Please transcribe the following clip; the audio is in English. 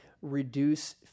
reduce